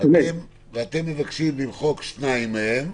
ואתם מבקשים למחוק שניים מהם.